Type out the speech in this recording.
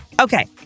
okay